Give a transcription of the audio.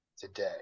today